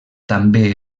també